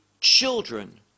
children